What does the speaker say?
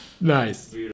Nice